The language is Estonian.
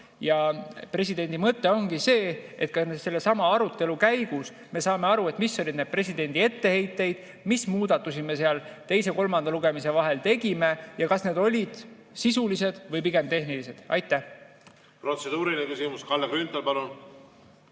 Presidendi mõte ongi see, et sellesama arutelu käigus me saame aru, mis olid presidendi etteheited, mis muudatusi me teise ja kolmanda lugemise vahel tegime ning kas need olid sisulised või pigem tehnilised. Aitäh!